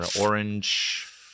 orange